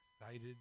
excited